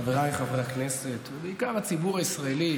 חבריי חברי הכנסת ובעיקר הציבור הישראלי,